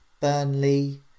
Burnley